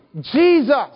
Jesus